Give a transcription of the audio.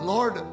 Lord